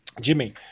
Jimmy